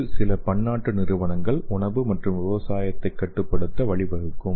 இது சில பன்னாட்டு நிறுவனங்கள் உணவு மற்றும் விவசாயத்தைக் கட்டுப்படுத்த வழிவகுக்கும்